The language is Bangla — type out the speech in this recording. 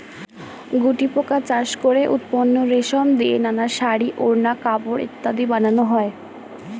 গুটিপোকা চাষ করে উৎপন্ন রেশম দিয়ে নানা শাড়ী, ওড়না, কাপড় ইত্যাদি বানানো হয়